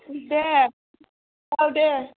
दे औ दे